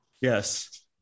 Yes